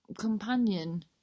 Companion